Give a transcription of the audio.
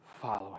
following